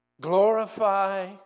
glorify